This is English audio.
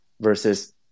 versus